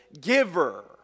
giver